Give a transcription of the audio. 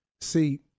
See